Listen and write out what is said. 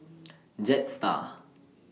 Jetstar